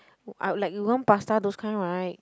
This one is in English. I'll like you want pasta those kind right